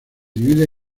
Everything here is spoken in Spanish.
divide